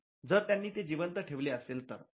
हो जर त्यांनी ते चिन्ह जिवंत ठेवले असेल तर